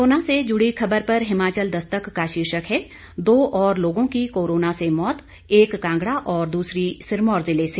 corona से जुड़ी ख़बर पर हिमाचल दस्तक का शीर्षक है दो ओर लोगों की कोरोना से मौत एक कांगड़ा और दूसरी सिरमौर जिले से